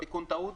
זה תיקון טעות.